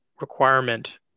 requirement